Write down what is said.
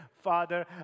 Father